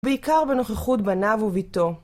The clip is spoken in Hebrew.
בעיקר בנוכחות בניו וביתו.